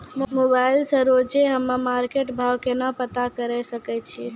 Mobile से रोजे हम्मे मार्केट भाव केना पता करे सकय छियै?